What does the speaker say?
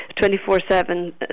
24-7